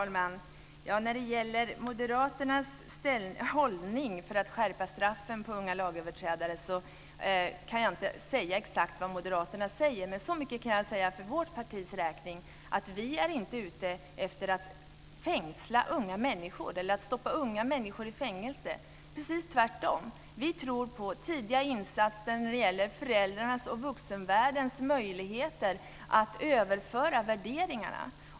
Fru talman! När det gäller moderaternas hållning för att skärpa straffen för unga lagöverträdare kan jag inte uttala mig om exakt vad moderaterna säger. Men så mycket kan jag säga för vårt partis räkning att vi är inte ute efter att stoppa unga människor i fängelse, precis tvärtom. Vi tror på tidiga insatser när det gäller föräldrarnas och vuxenvärldens möjligheter att överföra värderingar.